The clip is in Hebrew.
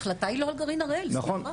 ההחלטה היא לא על גרעין הראל, סליחה.